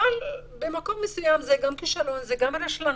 אבל באופן כלשהו זה גם כישלון, זה גם רשלנות.